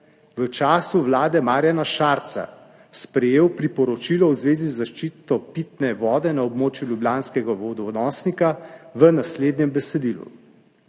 v času vlade Marjana Šarca sprejel priporočilo v zvezi z zaščito pitne vode na območju ljubljanskega vodonosnika v naslednjem besedilu: